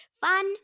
Fun